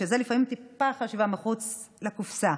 שזה לפעמים טיפה חשיבה מחוץ לקופסה: